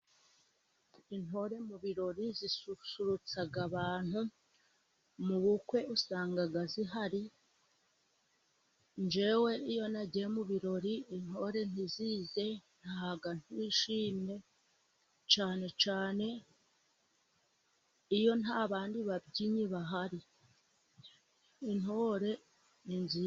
Intore mu birori zisusurutsa abantu mu bukwe usanga ihari. Njyewe iyo nagiye mu birori intore ntizize ntaha ntishimye cyane cyane, iyo nta bandi babyinnyi bahari intore ni nziza.